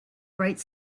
bright